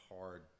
hard